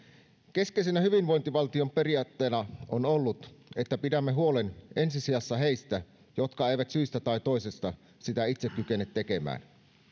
keskeisenä hyvinvointivaltion periaatteena on ollut että pidämme huolen ensi sijassa heistä jotka eivät syystä tai toisesta sitä itse kykene tekemään